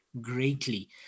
greatly